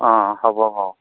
অঁ হ'ব অঁ